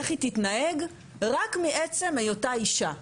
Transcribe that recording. איך היא תתנהג רק מעצם היותה אישה.